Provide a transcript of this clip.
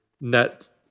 net